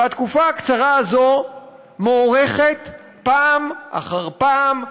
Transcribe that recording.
והתקופה הקצרה הזאת מוארכת פעם אחר פעם,